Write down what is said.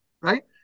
Right